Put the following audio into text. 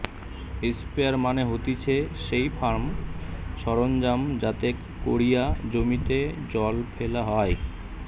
sprayer মানে হতিছে সেই ফার্ম সরঞ্জাম যাতে কোরিয়া জমিতে জল ফেলা হয়